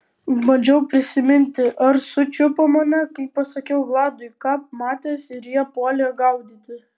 bandžiau prisiminti ar sučiupo mane kai pasakiau vladui ką matęs ir jie puolė gaudyti